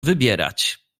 wybierać